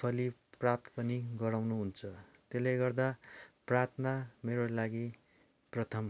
फली प्राप्त पनि गराउनुहुन्छ त्यसले गर्दा प्रार्थना मेरो लागि प्रथम हो